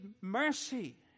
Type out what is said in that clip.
mercy